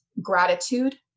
gratitude